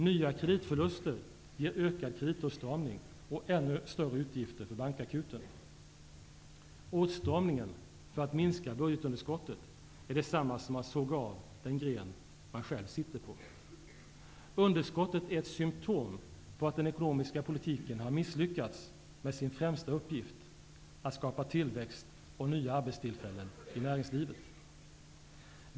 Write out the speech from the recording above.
Nya kreditförluster ger ökad kreditåtstramning och ännu större utgifter för bankakuten. Åtstramning för att minska budgetunderskottet är detsamma som att såga av den gren man själv sitter på. Underskottet är ett symtom på att den ekonomiska politiken har misslyckats med sin främsta uppgift, att skapa tillväxt och nya arbetstillfällen i näringslivet.